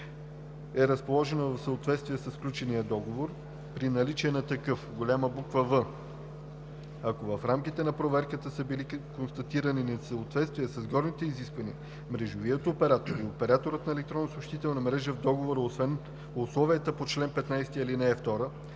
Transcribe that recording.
е разположена в съответствие със сключения договор, при наличие на такъв; В) ако в рамките на проверката са били констатирани несъответствия с горните изисквания, мрежовият оператор и операторът на електронна съобщителна мрежа в договора освен условията по чл. 15, ал. 2